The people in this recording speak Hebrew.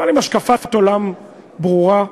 אבל עם השקפת עולם ברורה,